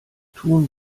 tun